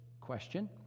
question